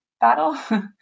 battle